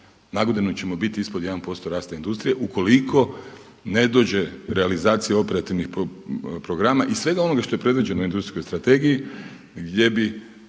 Na godinu ćemo biti ispod 1% rasta industrije ukoliko ne dođe realizacija operativnih programa i svega onoga što je predviđeno u industrijskoj strategiji gdje bi